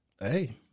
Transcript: Hey